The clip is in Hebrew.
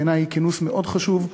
בעיני זה כינוס מאוד חשוב,